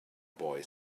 boy